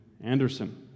Anderson